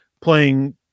playing